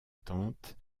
tente